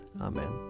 Amen